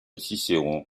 cicéron